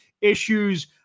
issues